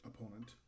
opponent